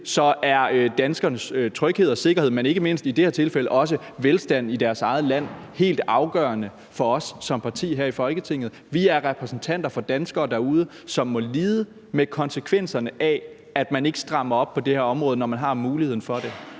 er danskernes tryghed og sikkerhed, og i det her tilfælde ikke mindst velstand, i deres eget land helt afgørende for os som parti her i Folketinget. Vi er repræsentanter for danskere derude, som må lide under konsekvenserne af, at man ikke strammer op på det her område, når man har muligheden for det.